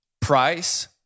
Price